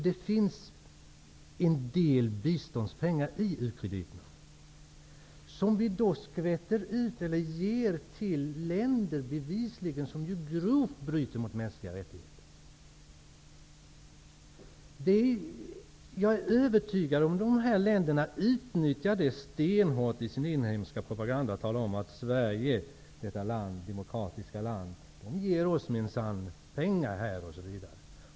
Det finns en del biståndspengar i u-krediterna som ges till länder som bevisligen grovt bryter mot de de mänskliga rättigheterna. Jag är övertygad om att dessa länder utnyttjar det stenhårt i sin inhemska propaganda och talar om att Sverige, detta demokratiska land, ger dem pengar osv.